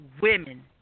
women